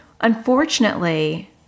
unfortunately